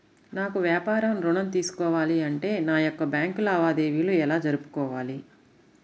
నాకు వ్యాపారం ఋణం తీసుకోవాలి అంటే నా యొక్క బ్యాంకు లావాదేవీలు ఎలా జరుపుకోవాలి?